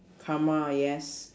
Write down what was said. karma yes